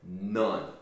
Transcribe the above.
None